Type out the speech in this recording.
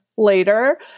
Later